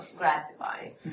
gratifying